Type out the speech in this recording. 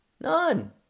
None